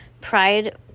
Pride